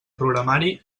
programari